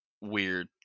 weird